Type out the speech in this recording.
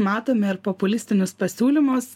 matome ir populistinius pasiūlymus